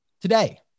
today